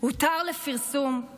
// הותר לפרסום /